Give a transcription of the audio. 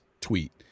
tweet